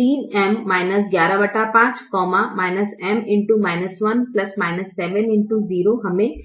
3M 115 हमें M देगा